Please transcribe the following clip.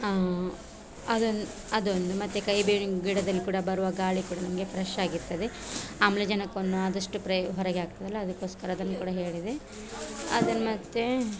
ಆಂ ಅದೊಂದು ಅದೊಂದು ಮತ್ತು ಕಹಿಬೇವಿನ ಗಿಡದಲ್ಲಿ ಕೂಡ ಬರುವ ಗಾಳಿ ಕೂಡ ನಮಗೆ ಫ್ರೆಶ್ ಆಗಿರ್ತದೆ ಆಮ್ಲಜನಕವನ್ನು ಆದಷ್ಟು ಪ್ರಯ್ ಹೊರಗೆ ಹಾಕ್ತೇವಲ ಅದಕ್ಕೋಸ್ಕರ ಅದನ್ನು ಕೂಡ ಹೇಳಿದೆ ಅದನ್ನು ಮತ್ತು